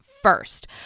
first